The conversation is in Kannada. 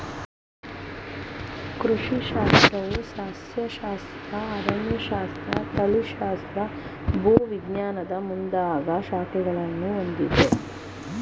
ಕೃಷಿ ಶಾಸ್ತ್ರವು ಸಸ್ಯಶಾಸ್ತ್ರ, ಅರಣ್ಯಶಾಸ್ತ್ರ, ತಳಿಶಾಸ್ತ್ರ, ಭೂವಿಜ್ಞಾನ ಮುಂದಾಗ ಶಾಖೆಗಳನ್ನು ಹೊಂದಿದೆ